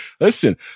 listen